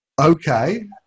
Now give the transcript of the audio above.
Okay